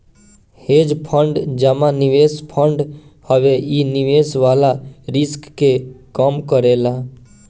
hedge fund जमा निवेश fund हवे इ निवेश वाला रिस्क के कम करेला